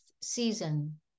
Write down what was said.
season